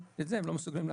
שאת זה הם לא מסוגלים לעשות.